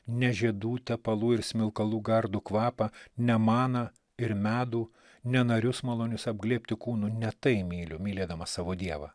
ne žiedų tepalų ir smilkalų gardų kvapą ne maną ir medų ne narius malonius apglėbti kūnu ne tai myliu mylėdamas savo dievą